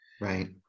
right